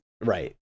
right